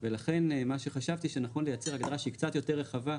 ולכן מה שחשבתי שנכון לייצר הגדרה שהיא קצת יותר רחבה.